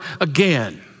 again